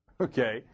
Okay